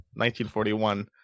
1941